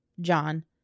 John